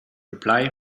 reply